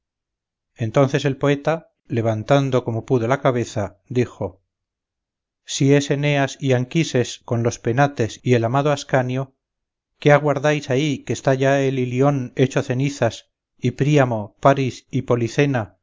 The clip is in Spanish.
entonces el poeta levantando como pudo la cabeza dijo si es eneas y anquises con los penates y el amado ascanio qué aguardáis aquí que está ya el ilión hecho cenizas y príamo paris y policena